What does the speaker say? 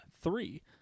three